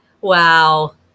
Wow